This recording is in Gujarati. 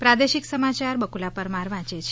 પ્રાદેશિક સમાચાર બુકલા પરમાર વાંચે છે